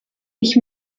ich